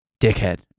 dickhead